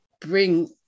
bring